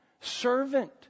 Servant